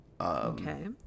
Okay